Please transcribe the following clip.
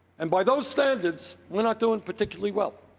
and by those standards, we're not doing particularly well.